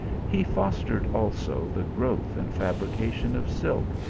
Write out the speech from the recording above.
he fostered also the growth and fabrication of silk,